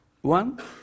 One